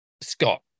Scott